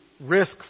risk